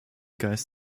geist